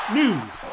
news